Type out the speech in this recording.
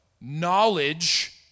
knowledge